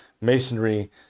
masonry